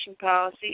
policy